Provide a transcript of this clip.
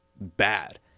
bad